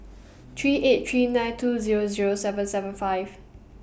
three eight three nine two Zero Zero seven seven five